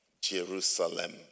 Jerusalem